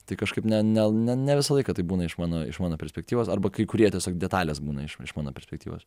tai kažkaip ne ne ne ne visą laiką tai būna iš mano iš mano perspektyvos arba kai kurie tiesiog detalės būna iš mano perspektyvos